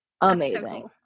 Amazing